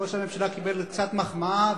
ראש הממשלה קיבל קצת מחמאה,